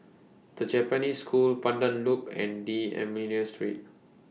The Japanese School Pandan Loop and D'almeida Street